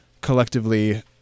collectively